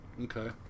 Okay